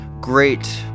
great